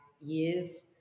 years